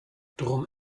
drum